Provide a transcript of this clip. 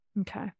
Okay